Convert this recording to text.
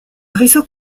réseau